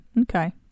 okay